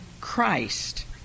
Christ